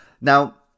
Now